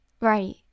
Right